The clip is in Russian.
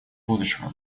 будущего